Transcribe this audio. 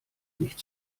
nicht